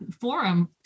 forum